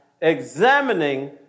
examining